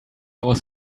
was